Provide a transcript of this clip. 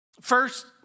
First